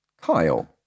Kyle